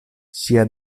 ŝia